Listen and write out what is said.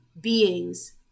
being's